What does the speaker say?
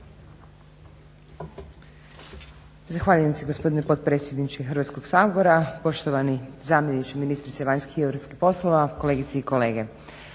Zahvaljujem se gospodine potpredsjedniče Hrvatskoga sabora, poštovani zamjeniče ministrice vanjskih i europskih poslova, kolegice i kolege.